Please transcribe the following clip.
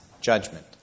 judgment